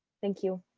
thank you.